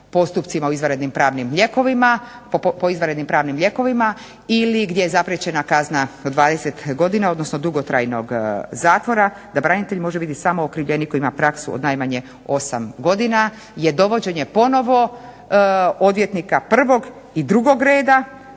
postupcima u izvanrednim pravnim lijekovima ili gdje je zapriječena kazna od 20 godina odnosno dugotrajnog zatvora da branitelj može biti samo okrivljenik koji ima praksu od najmanje osam godina je dovođenje ponovo odvjetnika prvog i drugo reda,